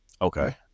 Okay